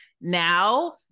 Now